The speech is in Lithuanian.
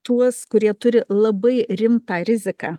tuos kurie turi labai rimtą riziką